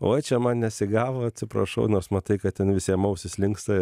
oi čia man nesigavo atsiprašau nors matai kad ten visiem ausys linksta